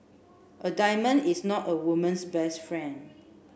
a diamond is not a woman's best friend